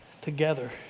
together